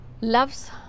loves